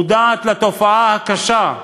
מודעת לתופעה הקשה,